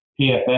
PFF